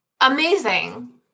Amazing